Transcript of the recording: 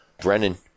Brennan